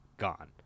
gone